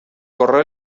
correo